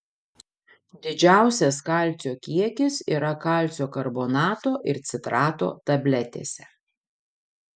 didžiausias kalcio kiekis yra kalcio karbonato ir citrato tabletėse